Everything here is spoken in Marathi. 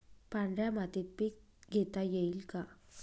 पांढऱ्या मातीत पीक घेता येईल का?